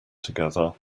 together